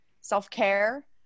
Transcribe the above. self-care